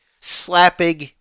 Slapping